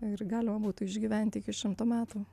ir galima būtų išgyventi iki šimto metų